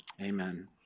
Amen